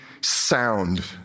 sound